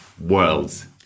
worlds